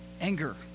anger